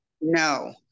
No